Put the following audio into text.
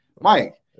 Mike